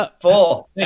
four